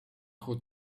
who